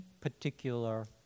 particular